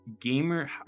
gamer